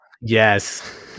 Yes